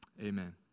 Amen